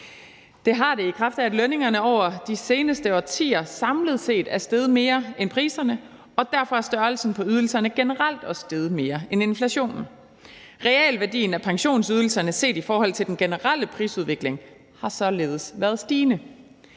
Det har det, i kraft af at lønningerne over de seneste årtier samlet set er steget mere end priserne, og derfor er størrelsen på ydelserne generelt også steget mere end inflationen. Realværdien af pensionsydelserne set i forhold til den generelle prisudvikling har således været stigende.